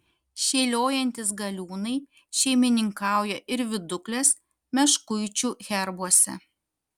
šėliojantys galiūnai šeimininkauja ir viduklės meškuičių herbuose